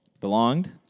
Belonged